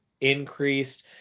increased